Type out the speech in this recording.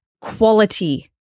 quality